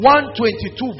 122